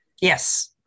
Yes